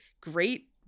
great